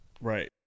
Right